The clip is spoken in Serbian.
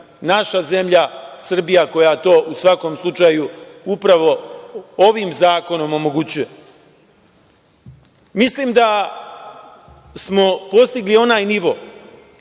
naša zemlja, Srbija, koja to upravo ovim zakonom omogućuje. Mislim da smo postigli onaj nivo